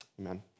Amen